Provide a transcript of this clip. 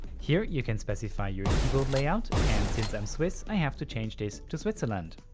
here you can specify your keyboard layout and since i'm swiss i have to change this to switzerland.